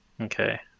Okay